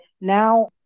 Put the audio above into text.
Now